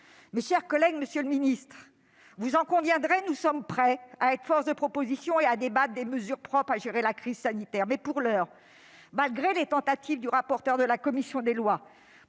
Mes chers collègues, monsieur le ministre, vous en conviendrez, nous sommes prêts à être une force de proposition et à débattre des mesures de nature à gérer la crise sanitaire. Mais, pour l'heure, malgré les tentatives du rapporteur de la commission des lois